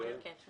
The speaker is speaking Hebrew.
שמונה, כן.